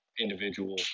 individual